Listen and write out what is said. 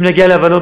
אם נגיע להבנות,